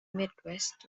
midwest